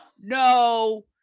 no